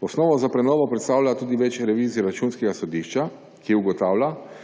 Osnovo za prenovo predstavlja tudi več revizij Računskega sodišča, ki ugotavlja,